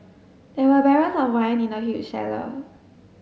there were barrels of wine in the huge cellar